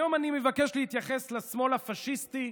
היום אני מבקש להתייחס לשמאל הפשיסטי,